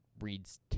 reads